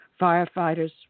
firefighters